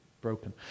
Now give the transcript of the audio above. broken